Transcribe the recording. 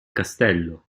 castello